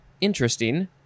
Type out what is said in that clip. interesting